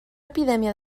epidèmia